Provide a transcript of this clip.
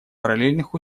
параллельных